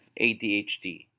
ADHD